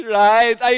right